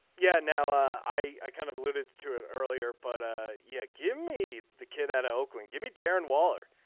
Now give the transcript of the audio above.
yeah. now i i kind of alluded to it earlier but ah yeah give me the kid out of oakland give me darren waller.